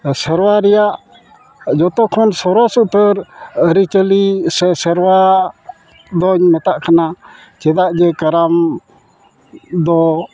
ᱥᱮᱨᱣᱟ ᱨᱮᱭᱟᱜ ᱡᱚᱛᱚᱠᱷᱚᱱ ᱥᱚᱨᱚᱥ ᱩᱛᱟᱹᱨ ᱟᱹᱨᱤᱼᱪᱟᱹᱞᱤ ᱥᱮ ᱥᱮᱨᱣᱟ ᱫᱚᱧ ᱢᱮᱛᱟᱜ ᱠᱟᱱᱟ ᱪᱮᱫᱟᱜ ᱡᱮ ᱠᱟᱨᱟᱢ ᱫᱚ